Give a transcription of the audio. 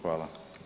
Hvala.